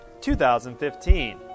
2015